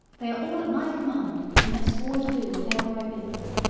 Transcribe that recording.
they are all at my command, and have sworn to do whatever i bid them